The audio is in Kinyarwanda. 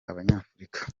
abanyafurika